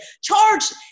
charged